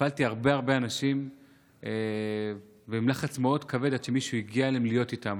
הפעלתי הרבה הרבה אנשים ולחץ מאוד כבד עד שמישהו הגיע אליהם להיות איתם.